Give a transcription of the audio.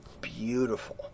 beautiful